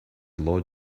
lord